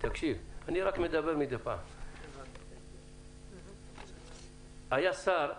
תקשיב, היה שר מוערך,